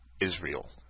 Israel